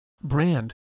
brand